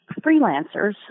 freelancers